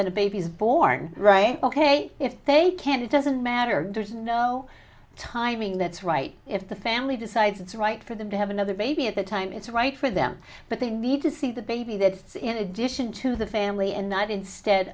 then a baby is born right ok if they can't it doesn't matter there's no timing that's right if the family decides it's right for them to have another baby at the time it's right for them but they need to see the baby that's in addition to the family and not instead